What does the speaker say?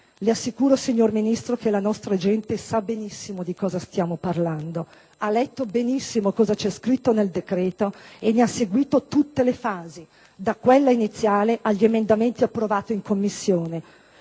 Le assicuro, signor Ministro, che la nostra gente sa benissimo di cosa stiamo parlando, ha letto benissimo cosa c'è scritto nel decreto-legge e ne ha seguito tutte le fasi, da quella iniziale agli emendamenti approvati in Commissione.